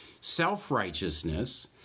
self-righteousness